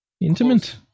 intimate